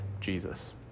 Jesus